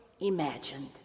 imagined